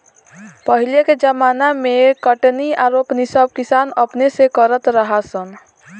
पहिले के ज़माना मे कटनी आ रोपनी सब किसान अपने से करत रहा सन